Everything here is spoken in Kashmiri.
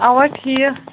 اَوا ٹھیٖک